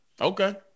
Okay